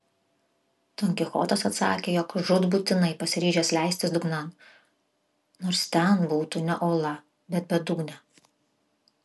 don kichotas atsakė jog žūtbūtinai pasiryžęs leistis dugnan nors ten būtų ne ola bet bedugnė